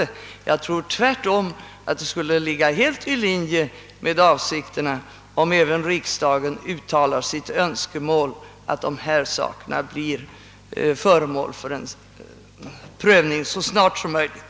Tvärtom tror jag att det skulle ligga helt i linje med de intentioner som statsrådet berörde, om även riksdagen uttalar ett önskemål att dessa frågor blir föremål för en prövning så snart som möjligt.